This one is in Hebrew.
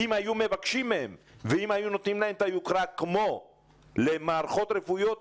אם היו מבקשים מהם ואם היו נותנים להם את היוקרה כמו למערכות רפואיות,